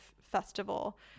festival